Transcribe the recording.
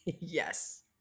yes